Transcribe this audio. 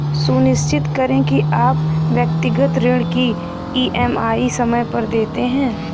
सुनिश्चित करें की आप व्यक्तिगत ऋण की ई.एम.आई समय पर देते हैं